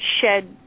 shed